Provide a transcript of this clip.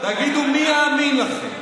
תגידו, מי יאמין לכם?